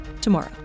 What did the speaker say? tomorrow